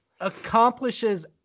accomplishes